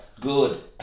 good